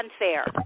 unfair